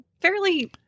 fairly